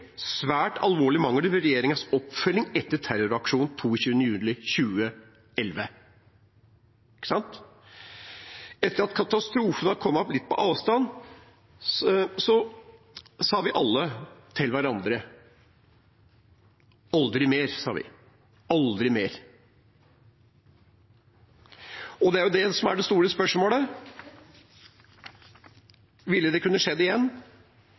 svært alvorlige mangler ved regjeringens oppfølging etter terroraksjonen den 22. juli 2011. Etter at katastrofen hadde kommet litt på avstand, sa vi alle til hverandre: Aldri mer! Aldri mer! Og det er det store spørsmålet: Ville det kunne skjedd igjen,